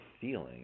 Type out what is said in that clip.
feeling